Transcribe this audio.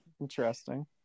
Interesting